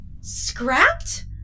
Scrapped